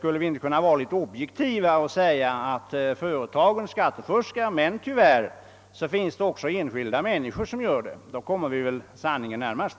Skulle vi inte kunna vara litet objektiva och säga att företagen skattefuskar, men att det tyvärr också finns enskilda människor som gör det. Då kommer vi väl sanningen närmast.